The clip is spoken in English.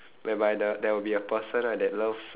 whereby the there will be a person right that loves